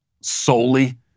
solely